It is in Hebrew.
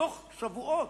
בתוך שבועות,